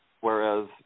whereas